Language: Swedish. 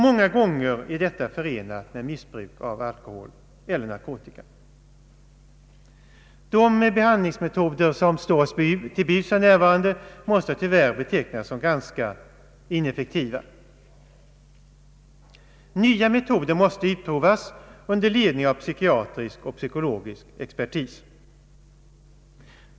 Många gånger föreligger också missbruk av alkohol eller narkotika. Våra mnuvarande behandlingsmetoder måste dess värre betecknas som ganska ineffektiva. Nya metoder måste utprovas under ledning av psykiatrisk och psykologisk expertis.